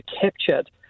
captured